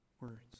words